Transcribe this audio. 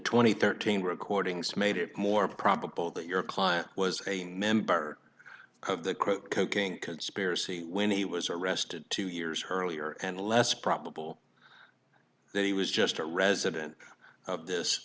and thirteen recordings made it more probable that your client was a member of the quote cooking conspiracy when he was arrested two years her earlier and less probable that he was just a resident of this